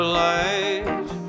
light